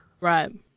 Right